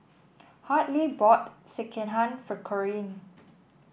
Hartley bought Sekihan for Corine